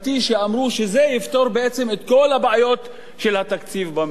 שאמרו שזה יפתור בעצם את כל הבעיות של התקציב במדינה.